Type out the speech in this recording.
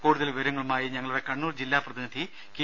കൂടുതൽ വിവരങ്ങളുമായി ഞങ്ങളുടെ കണ്ണൂർ ജില്ലാ പ്രതിനിധി കെ